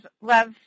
love